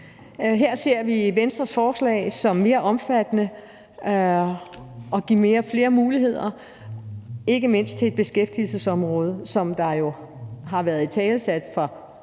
Her ser vi Venstres forslag som mere omfattende og som et forslag, der giver flere muligheder, ikke mindst til beskæftigelsesområdet, som har været italesat fra